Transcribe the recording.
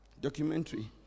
documentary